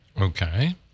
Okay